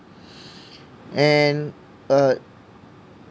and uh